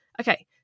okay